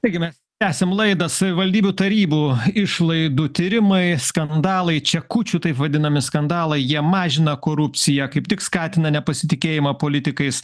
taigi mes tęsam laidą savivaldybių tarybų išlaidų tyrimai skandalai čia kūčių taip vadinami skandalai jie mažina korupciją kaip tik skatina nepasitikėjimą politikais